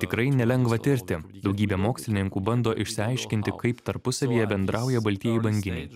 tikrai nelengva tirti daugybė mokslininkų bando išsiaiškinti kaip tarpusavyje bendrauja baltieji banginiai